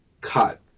cut